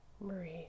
Breathe